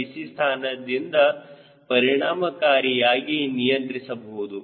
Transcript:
c ಸ್ಥಾನದಿಂದ ಪರಿಣಾಮಕಾರಿಯಾಗಿ ನಿಯಂತ್ರಿಸಬಹುದು